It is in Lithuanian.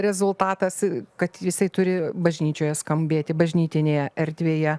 rezultatas kad jisai turi bažnyčioje skambėti bažnytinėje erdvėje